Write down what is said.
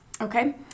Okay